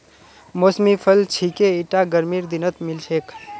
मौसमी फल छिके ईटा गर्मीर दिनत मिल छेक